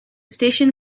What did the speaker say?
station